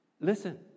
Listen